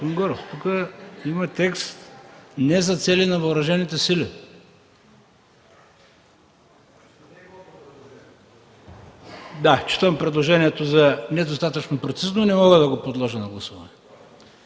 тук има текст „не за цели на Въоръжените сили”. Считам предложението за недостатъчно прецизно и не мога да го подложа на гласуване.